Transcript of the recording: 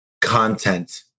content